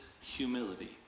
humility